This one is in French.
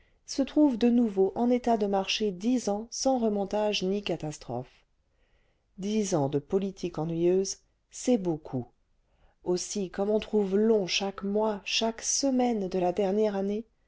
se trouve de nonveau en état de marcher dix ans saus remontage ni catastrophe dix ans cle politique ennuyeuse c'est beaucoup aussi comme on trouve long chaque mois chaque semaine de la dernière année